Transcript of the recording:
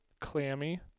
clammy